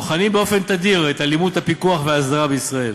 בוחנים באופן תדיר את הלימות הפיקוח והאסדרה בישראל